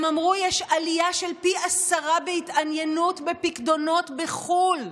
הם אמרו: יש עלייה של פי עשרה בהתעניינות בפיקדונות בחו"ל,